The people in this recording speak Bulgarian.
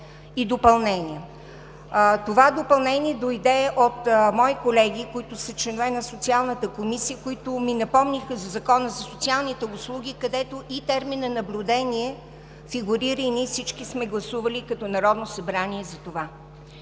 и допълнения. Това допълнение дойде от мои колеги, които са членове на Социалната комисия, които ми напомниха за Закона за социалните услуги, където терминът „наблюдение“ фигурира и всички ние сме гласували като Народно събрание за това.